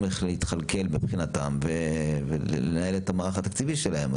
איך להתכלכל מבחינתם ולנהל את המערך התקציבי שלהם.